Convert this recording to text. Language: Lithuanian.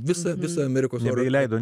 visą visą amerikos nepraleido